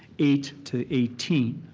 eight to eighteen.